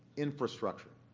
infrastructure,